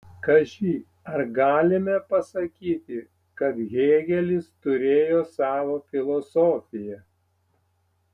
kaži ar galime pasakyti kad hėgelis turėjo savo filosofiją